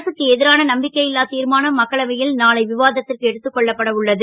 அரசுக்கு எ ரான நம்பிக்கை ல்லா திர்மானம் மக்களவை ல் நாளை விவாதத் ற்கு எடுத்துக் கொள்ளப்பட உள்ளது